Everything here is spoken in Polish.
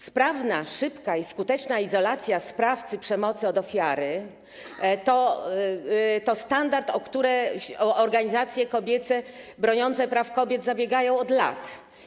Sprawna, szybka i skuteczna izolacja sprawcy przemocy od ofiary to standard, o który organizacje kobiece broniące praw kobiet zabiegają od lat.